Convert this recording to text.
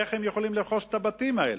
איך הם יכולים לרכוש את הבתים האלה?